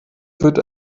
wird